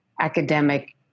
academic